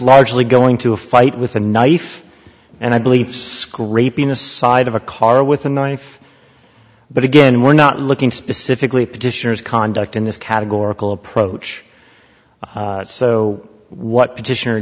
largely going to a fight with a knife and i beliefs scraping the side of a car with a knife but again we're not looking specifically petitioners conduct in this categorical approach so what petition